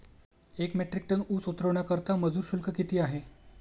एक metric ton ऊस उतरवण्याकरता मजूर शुल्क किती आहे?